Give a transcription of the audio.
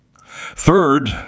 Third